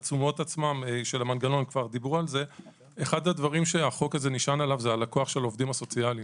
אחד הדברים שהחוק הזה נשען עליו - הכול של העובדים הסוציאליים.